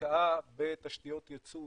השקעה בתשתיות יצוא,